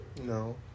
No